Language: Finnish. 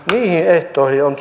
niihin ehtoihin on